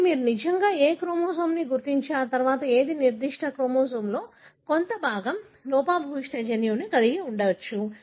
కాబట్టి మీరు నిజంగా ఏ క్రోమోజోమ్ని గుర్తించి ఆ తర్వాత ఏది నిర్దిష్ట క్రోమోజోమ్లో కొంత భాగం లోపభూయిష్ట జన్యువును కలిగి ఉండవచ్చు